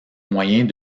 moyens